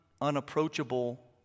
unapproachable